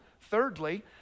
thirdly